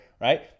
right